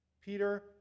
Peter